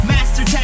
Master